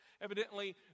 Evidently